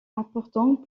importants